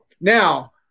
now